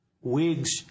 wigs